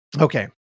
okay